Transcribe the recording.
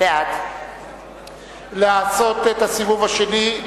בעד לעשות את הסיבוב השני.